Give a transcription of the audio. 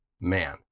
Man